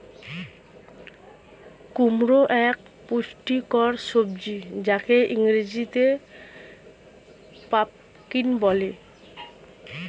কুমড়ো এক পুষ্টিকর সবজি যাকে ইংরেজিতে পাম্পকিন বলে